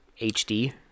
HD